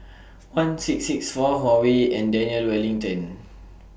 one six six four Huawei and Daniel Wellington